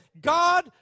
God